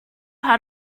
had